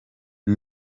com